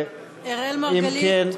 אם כן,